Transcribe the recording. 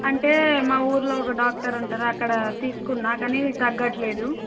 అంటే మా ఊర్లో ఒక డాక్టర్ ఉంటారు అక్కడ తీసుకున్నాను కానీ తగ్గట్లేదు